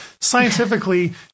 scientifically